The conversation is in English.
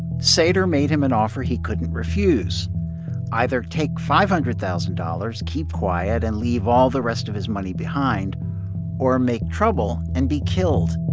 sater made him an offer he couldn't refuse either take five hundred thousand dollars, keep quiet and leave all the rest of his money behind or make trouble and be killed